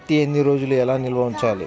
పత్తి ఎన్ని రోజులు ఎలా నిల్వ ఉంచాలి?